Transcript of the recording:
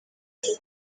dufite